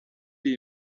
iri